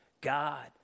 God